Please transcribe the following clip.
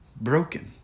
broken